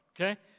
okay